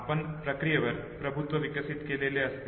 आपण प्रक्रियेवर प्रभुत्व विकसित केलेले असते